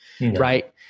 Right